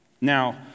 Now